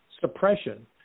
suppression